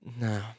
no